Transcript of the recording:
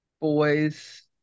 boys